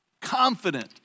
confident